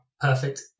perfect